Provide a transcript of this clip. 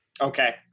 Okay